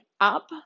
up